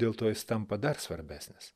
dėl to jis tampa dar svarbesnis